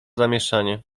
zamieszanie